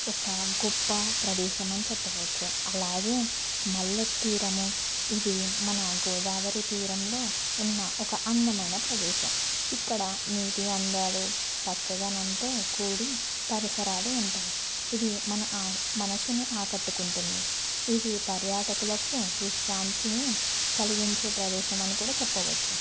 ఒక గొప్ప ప్రదేశం అని చెప్పవచ్చు అలాగే మల్లెతీరము ఇది మన గోదావరి తీరంలో ఉన్న ఒక అందమైన ప్రదేశం ఇక్కడ నీటి అందాలు పచ్చదనంతో కూడి పరిసరాలు ఉంటాయి ఇది మన మనసుని ఆకట్టుకుంటుంది ఇది పర్యాటకులకు విశ్రాంతిని కలిగించే ప్రదేశం అని కూడా చెప్పవచ్చు